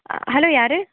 hello யார்